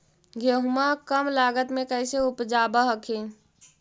गेहुमा कम लागत मे कैसे उपजाब हखिन?